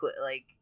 like-